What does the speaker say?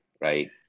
right